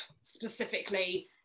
specifically